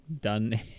done